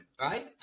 right